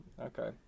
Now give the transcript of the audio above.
Okay